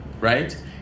right